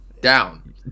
down